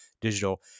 digital